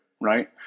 Right